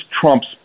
Trump's